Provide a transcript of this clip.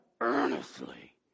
earnestly